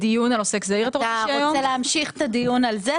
אתה רוצה להמשיך את הדיון על זה?